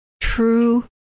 true